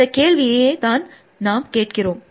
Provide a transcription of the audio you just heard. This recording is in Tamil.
இந்த கேள்வியையே தான் நாம் கேட்கிறோம்